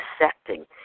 dissecting